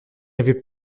avait